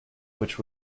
which